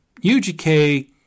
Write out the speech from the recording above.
UGK